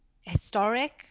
historic